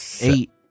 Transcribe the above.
eight